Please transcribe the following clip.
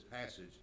passage